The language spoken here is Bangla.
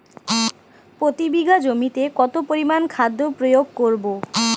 প্রতি বিঘা জমিতে কত পরিমান খাদ্য প্রয়োগ করব?